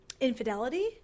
infidelity